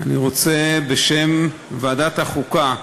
תודה רבה,